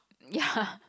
ya